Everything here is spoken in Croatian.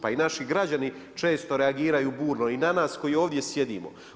Pa i naši građani često reagiraju burno i na nas koji ovdje sjedimo.